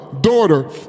daughter